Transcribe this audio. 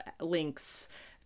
links